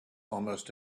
almost